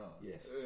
Yes